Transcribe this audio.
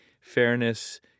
fairness